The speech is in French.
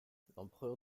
l’empereur